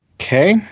Okay